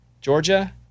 Georgia